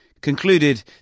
concluded